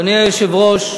אדוני היושב-ראש,